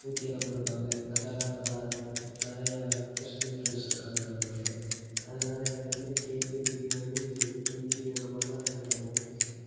ஊற்றியெல்லாம் கொடுப்பாங்க அதெல்லாம் நல்லாருக்கும் நிறைய கிறிஸ்டின் ஃப்ரெண்ட்ஸ் இருக்காங்க நம்மளுக்கு அதனால் எனக்கு வந்து கேக்கு பிரியாணி இட்லி அந்த மாதிரிலான்னா எனக்கு ரொம்ப பிடிக்கும்